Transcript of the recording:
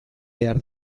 behar